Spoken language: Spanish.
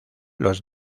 los